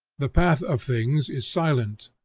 the path of things is silent.